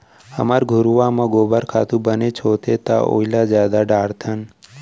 हमन घुरूवा म गोबर खातू बनेच होथे त ओइला जादा डारथन